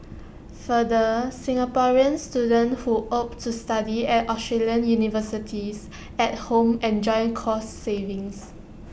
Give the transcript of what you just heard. further Singaporean students who opt to study at Australian universities at home enjoy cost savings